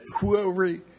whoever